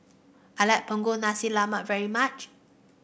I like Punggol Nasi Lemak very much